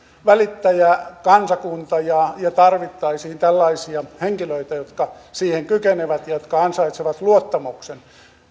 välittäjäkansakunta ja tarvittaisiin tällaisia henkilöitä jotka siihen kykenevät ja jotka ansaitsevat luottamuksen